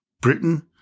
Britain